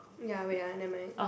ya wait ah nevermind